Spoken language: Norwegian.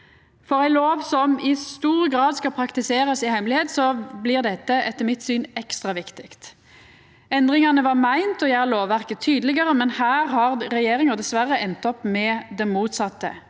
For ei lov som i stor grad skal praktiserast i hemmelegheit, blir dette etter mitt syn ekstra viktig. Endringane var meint å gjera lovverket tydelegare, men her har regjeringa dessverre enda opp med det motsette.